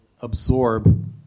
absorb